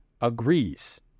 agrees